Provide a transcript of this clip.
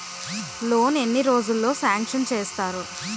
Loan ఎన్ని రోజుల్లో sanction చేస్తారు?